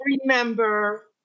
remember